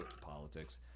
politics